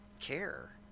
care